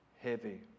heavy